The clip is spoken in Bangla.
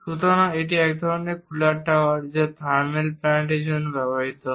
সুতরাং এটি এক ধরণের কুলিং টাওয়ার যা থারমাল প্লান্টের জন্য ব্যবহৃত হয়